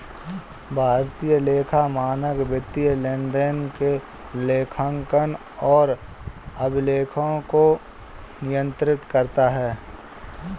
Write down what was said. भारतीय लेखा मानक वित्तीय लेनदेन के लेखांकन और अभिलेखों को नियंत्रित करता है